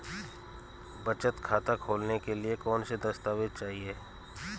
बचत खाता खोलने के लिए कौनसे दस्तावेज़ चाहिए?